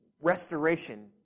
restoration